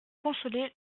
consoler